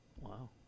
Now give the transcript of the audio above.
Wow